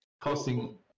Costing